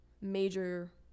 major